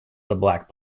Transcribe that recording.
black